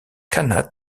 khanat